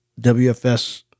WFS